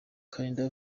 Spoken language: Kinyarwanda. kalinda